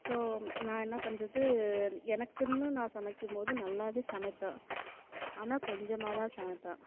so நான் என்ன பண்ணுறது எனக்குன்னு நான் சமைக்கும் போது நல்லா சமைப்பேன் ஆனால் கொஞ்சமாக தான் சமைப்பேன்